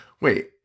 Wait